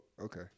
okay